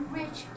rich